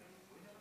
כנסת נכבדה,